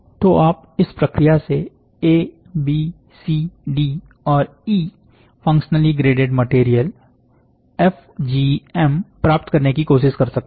तो आप इस प्रक्रिया से एबीसीडी और E functionally graded material FGM प्राप्त करने की कोशिश कर सकते हैं